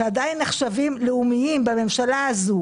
שעדיין נחשבים לאומיים בממשלה הזו